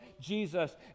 Jesus